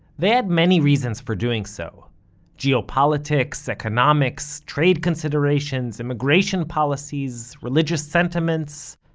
they had many reasons for doing so geopolitics, economics, trade considerations, immigration policies, religious sentiments,